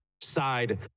side